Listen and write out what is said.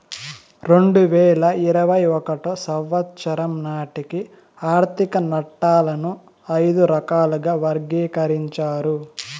రెండు వేల ఇరవై ఒకటో సంవచ్చరం నాటికి ఆర్థిక నట్టాలను ఐదు రకాలుగా వర్గీకరించారు